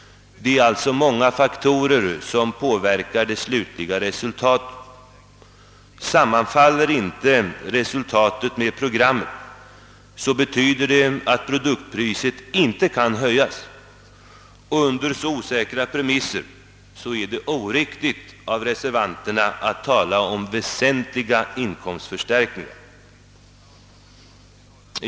Det är alltså många faktorer som påverkar det slutliga resultatet. Sammanfaller inte resultatet med programmet, betyder det att produktpriset inte kan höjas. Under så osäkra premisser är det oriktigt av reservanterna att tala om väsentliga inkomstförstärkningar.